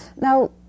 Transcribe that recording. now